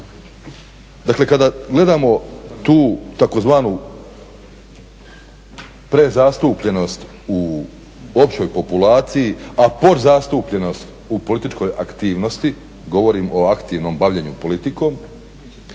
dakle kada gledamo tu tzv. prezastupljenost u općoj populaciji a podzastupljenost u političkoj aktivnosti, gotovim o aktivnom bavljenje politikom